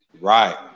Right